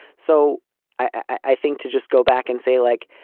so i think to just go back and say, like,